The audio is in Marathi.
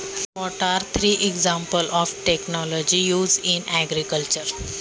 कृषी क्षेत्रात वापरल्या जाणाऱ्या तंत्रज्ञानाची तीन उदाहरणे कोणती आहेत?